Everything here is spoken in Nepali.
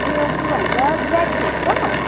उयो के भन्छ ज्याक फ्रुट छ